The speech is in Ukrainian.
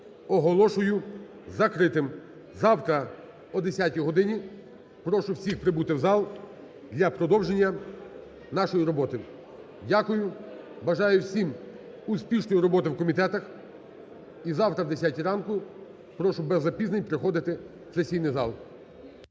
оголошую закритим. Завтра о 10-й годині прошу всіх прибути в зал для продовження нашої роботи. Дякую. Бажаю всім успішної роботи в комітетах. І завтра о 10-й ранку прошу без запізнень приходити в сесійний зал.